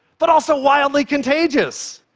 but also wildly contagious.